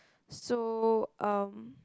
so um